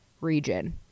region